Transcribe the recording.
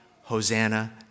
Hosanna